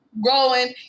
growing